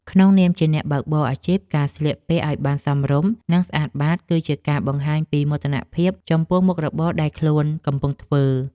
ក្នុងនាមជាអ្នកបើកបរអាជីពការស្លៀកពាក់ឱ្យបានសមរម្យនិងស្អាតបាតគឺជាការបង្ហាញពីមោទនភាពចំពោះមុខរបរដែលខ្លួនកំពុងធ្វើ។